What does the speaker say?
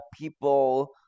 people